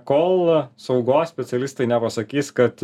kol saugos specialistai nepasakys kad